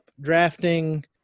drafting